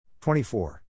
24